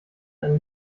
ein